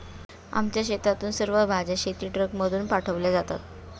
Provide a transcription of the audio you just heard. आमच्या शेतातून सर्व भाज्या शेतीट्रकमधून पाठवल्या जातात